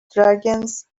dragons